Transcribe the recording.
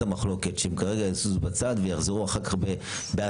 המחלוקת שהם כרגע יזוזו לצד ויחזרו אחר כך בהסכמה.